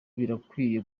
birakwiye